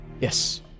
Yes